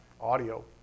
audio